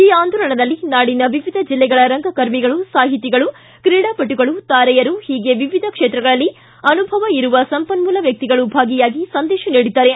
ಈ ಆಂದೋಲನದಲ್ಲಿ ನಾಡಿನ ವಿವಿಧ ಜಿಲ್ಲೆಗಳ ರಂಗಕರ್ಮಿಗಳು ಸಾಹಿತಿಗಳು ತ್ರೀಡಾಪಟುಗಳು ತಾರೆಯರು ಹೀಗೆ ವಿವಿಧ ಕ್ಷೇತ್ರಗಳಲ್ಲಿ ಅನುಭವ ಇರುವ ಸಂಪನ್ಮೂಲ ವ್ಯಕ್ತಿಗಳು ಭಾಗಿಯಾಗಿ ಸಂದೇಶ ನೀಡಿದ್ದಾರೆ